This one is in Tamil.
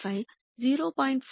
5 0